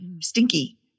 stinky